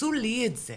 עשו לי את זה,